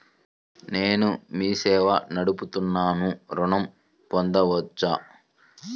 నేను మీ సేవా నడుపుతున్నాను ఋణం పొందవచ్చా?